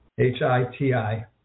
H-I-T-I